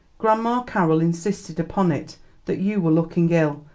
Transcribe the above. grandma carroll insisted upon it that you were looking ill,